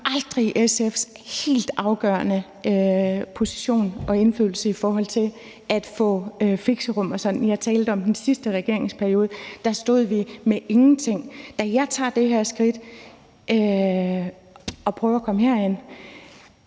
underkender aldrig SF's helt afgørende position og indflydelse i forhold til at få fixerum og sådan noget. Jeg talte om den sidste regeringsperiode. Der stod vi med ingenting. Da jeg tager det her skridt og prøver at komme herind,